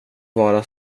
vara